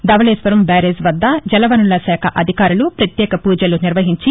Dowleswaram barrage వద్ద జల వనరుల శాఖ అధికారులు ప్రత్యేక పూజలు నిర్వహించి